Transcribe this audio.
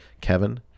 Kevin